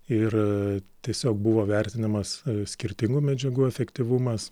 ir tiesiog buvo vertinimas skirtingų medžiagų efektyvumas